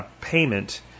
payment